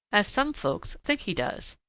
as some folks think he does.